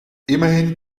immerhin